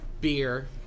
beer